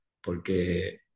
porque